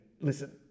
listen